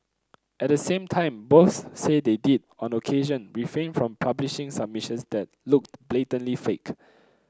at the same time both say they did on occasion refrain from publishing submissions that looked blatantly fake